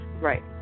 Right